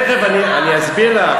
תכף אני אסביר לך.